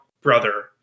brother